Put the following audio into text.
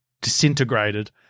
disintegrated